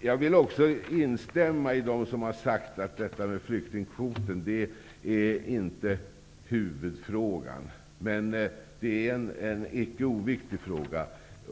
Jag vill också instämma med dem som har sagt att flyktingkvoten inte är huvudfrågan, men det är en icke oviktig fråga.